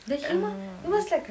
oh